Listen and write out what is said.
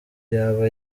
yaba